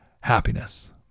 happiness